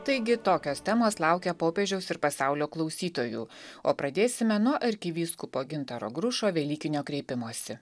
taigi tokios temos laukia popiežiaus ir pasaulio klausytojų o pradėsime nuo arkivyskupo gintaro grušo velykinio kreipimosi